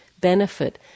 benefit